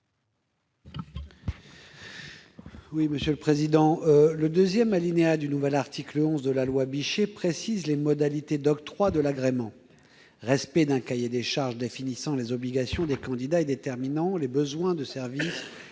David Assouline. L'alinéa 2 du nouvel article 11 de la loi Bichet précise les modalités d'octroi de l'agrément : respect d'un cahier des charges définissant les obligations des candidats et déterminant les besoins de service